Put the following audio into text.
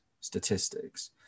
statistics